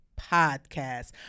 Podcast